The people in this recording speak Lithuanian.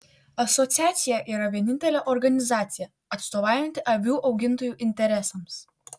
asociacija yra vienintelė organizacija atstovaujanti avių augintojų interesams